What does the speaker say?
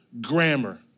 grammar